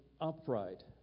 upright